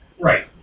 Right